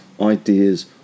ideas